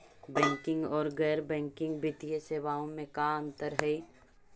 Banking और गैर banking वित्तीय सेवाओं में का अंतर हइ?